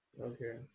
okay